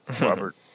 Robert